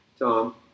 Tom